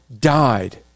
died